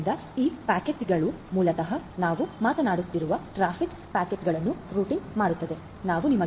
ಆದ್ದರಿಂದ ಈ ಪ್ಯಾಕೆಟ್ಗಳು ಮೂಲತಃ ನಾವು ಮಾತನಾಡುತ್ತಿರುವ ಟ್ರಾಫಿಕ್ ಪ್ಯಾಕೆಟ್ಗಳನ್ನು ರೂಟಿಂಗ್ ಮಾಡುತ್ತಿವೆ